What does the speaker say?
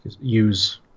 use